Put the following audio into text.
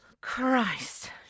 Christ